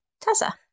Tessa